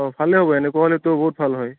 অঁ ভালে হ'ব এনেকুৱা হ'লেটো বহুত ভাল হয়